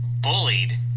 bullied